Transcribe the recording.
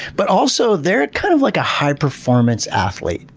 but also they're kind of like a high-performance athlete.